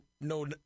no